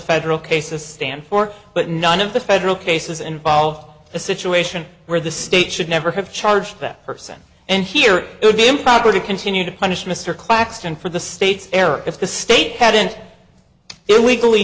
federal cases stand for but none of the federal cases involve a situation where the state should never have charged that person and here it would be improper to continue to punish mr claxton for the state's error if the state had an illegally